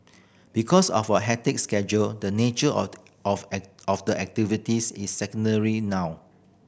because of our hectic schedule the nature of of the activity is secondary now